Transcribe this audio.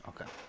okay